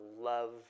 love